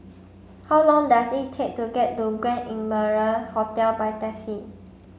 how long does it take to get to Grand Imperial Hotel by taxi